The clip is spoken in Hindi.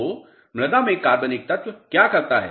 तो मृदा में कार्बनिक तत्व क्या करता है